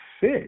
fit